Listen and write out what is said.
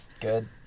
Good